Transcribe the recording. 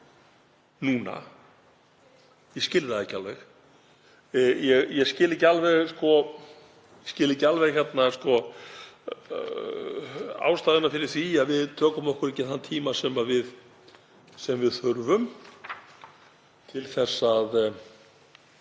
núna. Ég skil það ekki alveg. Ég skil ekki ástæðurnar fyrir því að við tökum okkur ekki þann tíma sem við þurfum til að